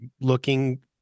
looking